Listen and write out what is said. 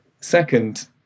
Second